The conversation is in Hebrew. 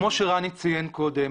כמו שרני ציין קודם,